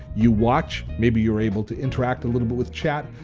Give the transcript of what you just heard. you watch, maybe you're able to interact a little bit with chat,